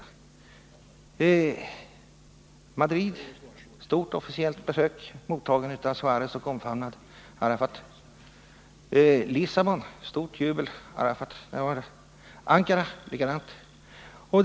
I Madrid stort officiellt besök, Arafat mottas och omfamnas av Suarez, i Lissabon stort jubel när Arafat var där, i Ankara likadant.